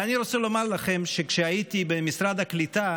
אני רוצה לומר לכם שכשהייתי במשרד הקליטה